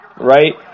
right